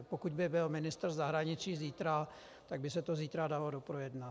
Pokud by byl ministr zahraničí zítra, tak by se to dalo zítra doprojednat.